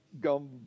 gum